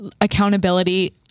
accountability